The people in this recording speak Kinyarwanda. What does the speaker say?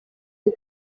ari